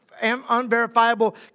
unverifiable